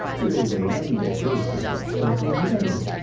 there is a ninety day grace period, so save your pennies.